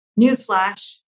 Newsflash